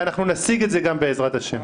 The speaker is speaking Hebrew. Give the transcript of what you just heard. ואנחנו נשיג את זה גם, בעזרת השם.